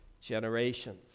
generations